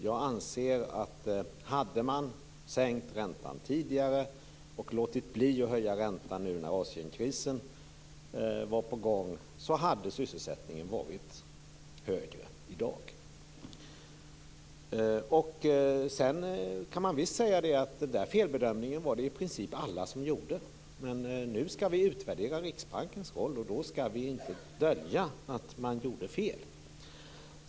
Jag anser att om man hade sänkt räntan tidigare och låtit bli att höja räntan när Asienkrisen var på gång så hade sysselsättningen varit högre i dag. Man kan visst säga att i princip alla gjorde denna felbedömning. Men nu skall vi utvärdera Riksbankens roll, och då skall vi inte dölja att den gjorde fel.